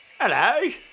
Hello